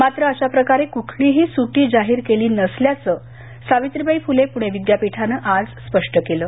मात्र अशा प्रकारे कुठलीही सुटी जाहीर केली नसल्याचंद सावित्रीबाई फुले पुणे विद्यापीठानं स्पष्ट केलं आहे